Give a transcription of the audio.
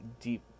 deep